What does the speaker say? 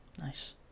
Nice